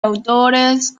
autores